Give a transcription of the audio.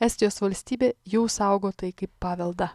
estijos valstybė jau saugo tai kaip paveldą